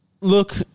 Look